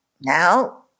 Now